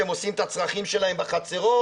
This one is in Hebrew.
שהם עושים את הצרכים שלהם בחצרות.